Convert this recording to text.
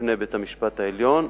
בפני בית-המשפט העליון.